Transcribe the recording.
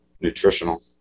nutritional